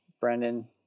Brendan